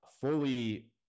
fully